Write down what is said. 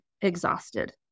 exhausted